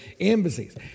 embassies